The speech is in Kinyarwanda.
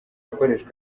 gakoresho